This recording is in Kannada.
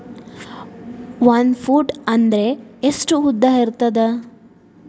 ಒಂದು ಫೂಟ್ ಅಂದ್ರೆ ಎಷ್ಟು ಉದ್ದ ಇರುತ್ತದ?